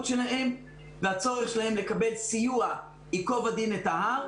שלהם והצורך שלהם לקבל סיוע ייקוב הדין את ההר,